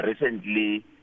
recently